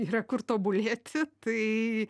yra kur tobulėti tai